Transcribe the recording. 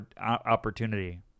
opportunity